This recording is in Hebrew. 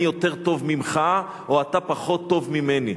אני יותר טוב ממך או אתה פחות טוב ממני.